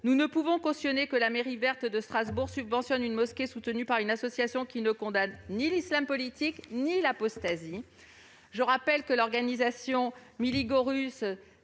nous ne pouvons cautionner que la mairie verte de Strasbourg subventionne une mosquée soutenue par une association qui ne condamne ni l'islam politique ni l'apostasie. Je rappelle que l'organisation Millî Görüs